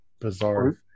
bizarre